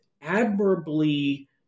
admirably